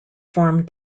formed